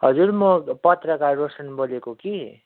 हजुर म पत्रकार रोशन बोलेको कि